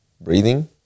breathing